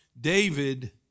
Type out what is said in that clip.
David